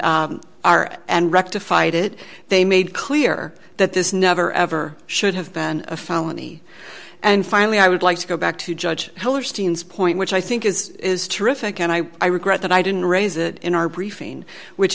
and rectified it they made clear that this never ever should have been a felony and finally i would like to go back to judge hellerstein point which i think is is terrific and i regret that i didn't raise it in our briefing which